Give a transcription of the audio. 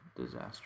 disaster